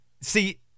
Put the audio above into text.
see